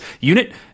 unit